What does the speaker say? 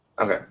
Okay